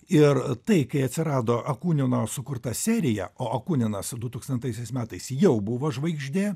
ir tai kai atsirado akunino sukurta serija o akuninas dutūkstantaisiais metais jau buvo žvaigždė